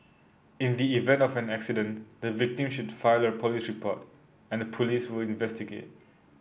in the event of an accident the victim should file a police report and the police will investigate